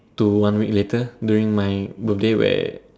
to one week later during my birthday where